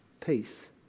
peace